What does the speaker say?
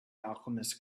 alchemist